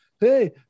Hey